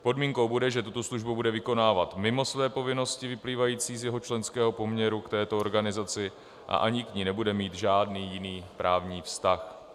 Podmínkou bude, že tuto službu bude vykonávat mimo své povinnosti vyplývající z jeho členského poměru k této organizaci a ani k ní nebude mít žádný jiný právní vztah.